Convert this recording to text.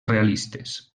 realistes